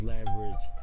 Leverage